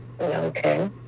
Okay